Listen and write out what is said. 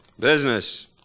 business